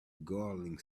gurgling